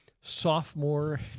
Sophomore